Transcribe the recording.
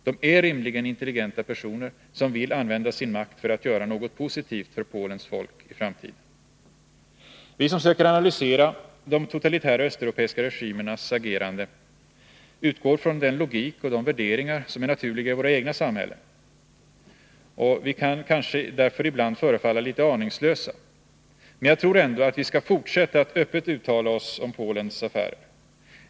De är rimligen intelligenta personer, som vill använda sin makt för att göra något positivt för Polens folk i framtiden. Vi som försöker analysera de totalitära östeuropeiska regimernas agerande utgår från den logik och de värderingar som är naturliga i våra egna samhällen, och vi kan kanske därför ibland förefalla litet aningslösa— men jag tror ändå att vi skall fortsätta att öppet uttala oss om Polens affärer.